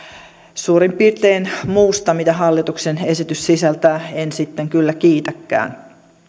suurin piirtein muusta mitä hallituksen esitys sisältää en sitten kyllä kiitäkään